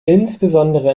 insbesondere